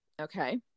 Okay